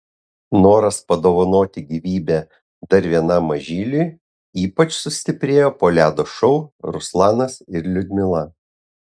noras padovanoti gyvybę dar vienam mažyliui ypač sustiprėjo po ledo šou ruslanas ir liudmila